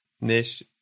Nish